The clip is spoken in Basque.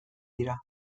dira